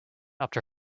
after